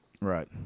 right